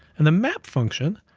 and the map function,